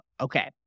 Okay